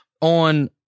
on